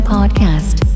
Podcast